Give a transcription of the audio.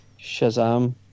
Shazam